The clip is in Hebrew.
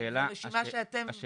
רשימה שאתם --- כן.